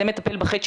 זה מטפל בחוק,